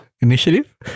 Initiative